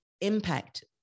impact